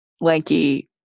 lanky